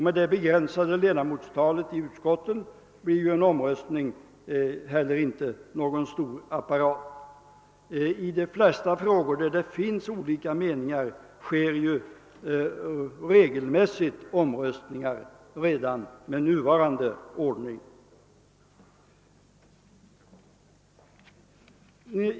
Med det begränsade ledamotsantalet i utskotten blir en omröstning inte heller någon stor apparat. I de flesta frågor där det råder olika meningar företas regelmässigt omröstningar redan med den nuvarande ordningen.